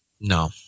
No